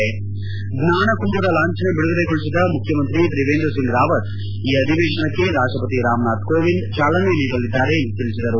ಜ್ವಾನಕುಂಭ the ಲಾಂಛನ ಬಿಡುಗಡೆಗೊಳಿಸಿದ ಮುಖ್ಯಮಂತ್ರಿ ತ್ರಿವೇಂದ್ರಸಿಂಗ್ ರಾವತ್ ಈ ಅಧಿವೇಶನಕ್ಕೆ ರಾಷ್ಟಪತಿ ರಾಮನಾಥ್ ಕೋವಿಂದ್ ಚಾಲನೆ ನೀಡಲಿದ್ದಾರೆ ಎಂದು ತಿಳಿಸಿದರು